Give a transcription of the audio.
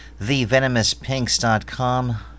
TheVenomousPinks.com